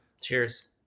Cheers